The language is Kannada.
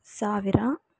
ಸಾವಿರ